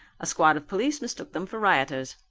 a squad of police mistook them for rioters.